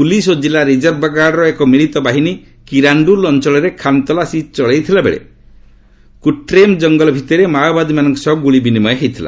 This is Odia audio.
ପୁଲିସ୍ ଓ ଜିଲ୍ଲା ରିକର୍ଭ ଗାର୍ଡ଼ର ଏକ ମିଳିତ ବାହିନୀ କିରାଣ୍ଡଲ୍ ଅଞ୍ଚଳରେ ଖାନତଲାସି ଚଳାଇଥିବାବେଳେ କୁଟ୍ରେମ୍ ଜଙ୍ଗଲ ଭିତରେ ମାଓମାଦୀମାନଙ୍କ ସହ ଗୁଳି ବିନିମୟ ହୋଇଥିଲା